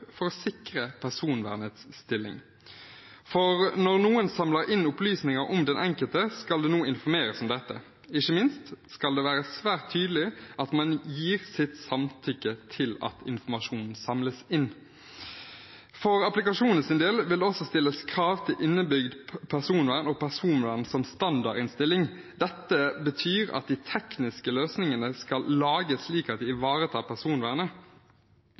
for å sikre personvernets stilling. Når noen samler inn opplysninger om den enkelte, skal det nå informeres om dette – ikke minst skal det være svært tydelig at man gir sitt samtykke til at informasjonen samles inn. For applikasjonenes del vil det også stille krav til innebygd personvern og personvern som standardinnstilling. Dette betyr at de tekniske løsningene skal lages slik at det ivaretar personvernet.